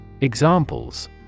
Examples